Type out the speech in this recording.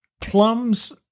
plums